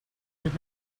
did